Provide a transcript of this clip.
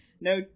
No